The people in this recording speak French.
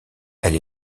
elle